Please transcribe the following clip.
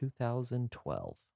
2012